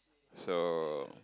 so